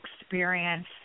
experience